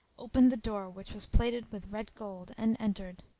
opened the door which was plated with red gold, and entered.